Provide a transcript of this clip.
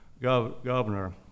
Governor